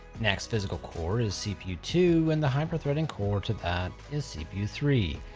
next physical core is cpu two and the hyper-threading core to that is cpu three.